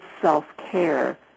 self-care